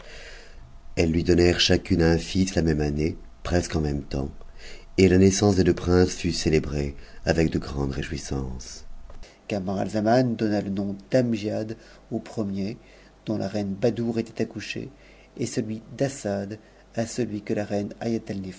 elles lui donnèrent chacune un fils la même année presque en temps et la naissance des deux princes fut cëtëbrée avec de grandes jouissances camaralzaman donna le nom d'amgiad au premier dontt la reine badoure était accouchée et celui d'assad à celui que la reine